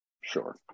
Sure